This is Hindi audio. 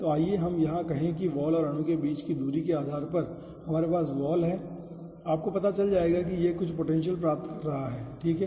तो आइए हम यहां कहें कि वॉल और अणु के बीच की दूरी के आधार पर हमारे पास वॉल है आपको पता चल जाएगा कि यह कुछ पोटेंशियल प्राप्त कर रहा है ठीक है